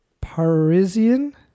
Parisian